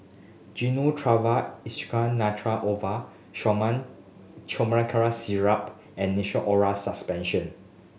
Gyno Travogen Isoconazole Nitrate Ovule Chlormine Chlorpheniramine Syrup and Nystatin Oral Suspension